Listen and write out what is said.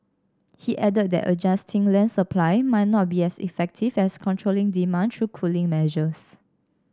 he added that adjusting land supply might not be as effective as controlling demand through cooling measures